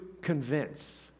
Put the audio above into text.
convince